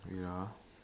ya